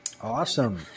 Awesome